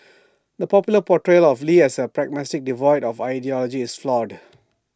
the popular portrayal of lee as A pragmatist devoid of ideology is flawed